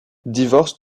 divorce